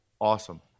awesome